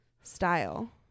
style